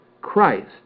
Christ